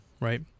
right